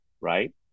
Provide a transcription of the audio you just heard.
right